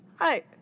hi